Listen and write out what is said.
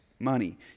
money